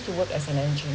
to work as an engineer